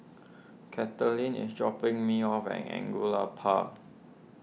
Kathaleen is dropping me off at Angullia Park